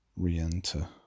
Re-enter